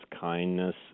kindness